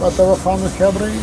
va tavo fanų chebrai